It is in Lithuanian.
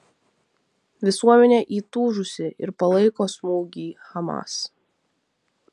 visuomenė įtūžusi ir palaiko smūgį hamas